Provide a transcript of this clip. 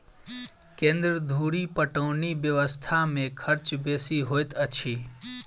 केन्द्र धुरि पटौनी व्यवस्था मे खर्च बेसी होइत अछि